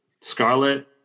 scarlet